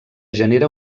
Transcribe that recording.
genera